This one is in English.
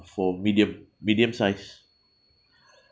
for medium medium size